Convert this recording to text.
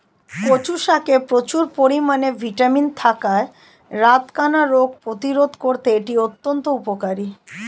কচু শাকে প্রচুর পরিমাণে ভিটামিন এ থাকায় রাতকানা রোগ প্রতিরোধে করতে এটি অত্যন্ত উপকারী